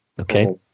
Okay